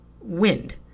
wind